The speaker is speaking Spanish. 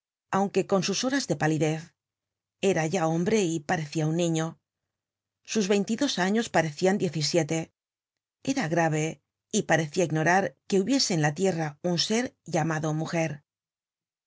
aunque con sus horas de palidez era ya hombre y parecia un niño sus veintidos años parecian diez y siete era grave y parecia ignorar que hubiese en la tierra un ser llamado mujer